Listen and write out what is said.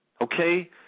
Okay